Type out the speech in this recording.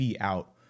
out